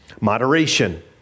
Moderation